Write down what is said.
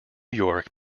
york